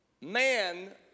man